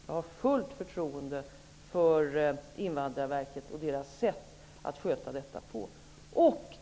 Jag har fullt förtroende för Invandrarverket och dess sätt att sköta detta.